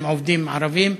עובדים ערבים.